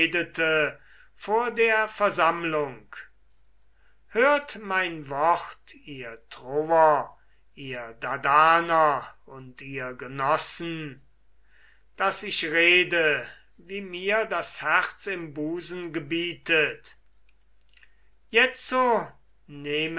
vor der versammlung hört mein wort ihr troer ihr dardaner und ihr genossen daß ich rede wie mir das herz im busen gebietet jener